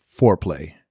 foreplay